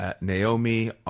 Naomi